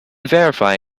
verify